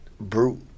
brute